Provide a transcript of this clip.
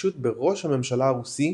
להתנקשות בראש הממשלה הרוסי,